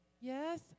Yes